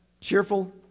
cheerful